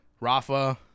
Rafa